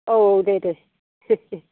औ दे दे